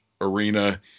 arena